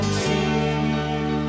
see